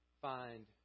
Find